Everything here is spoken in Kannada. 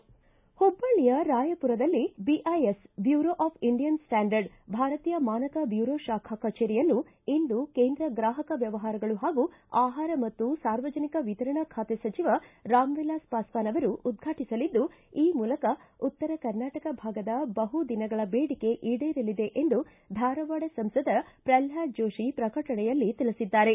ಹುಬ್ಬಳ್ಳಿಯ ರಾಯಾಪುರದಲ್ಲಿ BIS bureau of Indian standard ಭಾರತೀಯ ಮಾನಕ ಬ್ಯೂರೋ ಶಾಖಾ ಕಛೇರಿಯನ್ನು ಇಂದು ಕೇಂದ್ರ ಗ್ರಾಹಕ ವ್ಯವಹಾರಗಳು ಹಾಗೂ ಆಹಾರ ಮತ್ತು ಸಾರ್ವಜನಿಕ ವಿತರಣಾ ಖಾತೆ ಸಚಿವ ರಾಮವಿಲಾಸ್ ಪಾಸ್ಟಾನ್ ಅವರು ಉದ್ಘಾಟಿಸಲಿದ್ದು ಈ ಮೂಲಕ ಉತ್ತರ ಕರ್ನಾಟಕ ಭಾಗದ ಬಹುದಿನಗಳ ಬೇಡಿಕೆ ಈಡೇರಲಿದೆ ಎಂದು ಧಾರವಾಡ ಸಂಸದ ಪ್ರಲ್ನಾದ ಜೋಶಿ ಪ್ರಕಟಣೆಯಲ್ಲಿ ತಿಳಿಸಿದ್ದಾರೆ